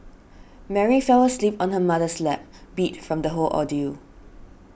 Mary fell asleep on her mother's lap beat from the whole ordeal